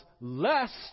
lest